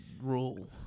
rule